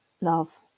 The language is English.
love